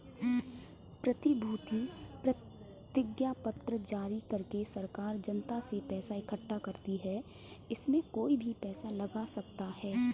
प्रतिभूति प्रतिज्ञापत्र जारी करके सरकार जनता से पैसा इकठ्ठा करती है, इसमें कोई भी पैसा लगा सकता है